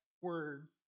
words